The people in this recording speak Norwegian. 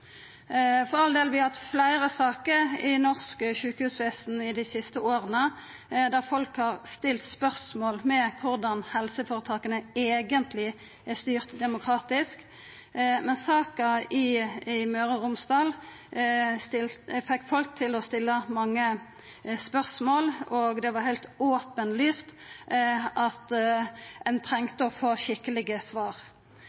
For all del, vi har hatt fleire saker i norsk sjukehusvesen i dei siste åra der folk har stilt spørsmål ved korleis helseføretaka eigentleg er styrte demokratisk, men saka i Møre og Romsdal fekk folk til å stilla mange spørsmål, og det var heilt openlyst at ein